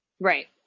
Right